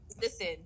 Listen